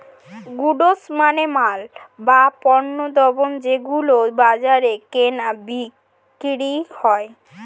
goods মানে মাল, বা পণ্যদ্রব যেগুলো বাজারে কেনা বিক্রি হয়